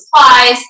supplies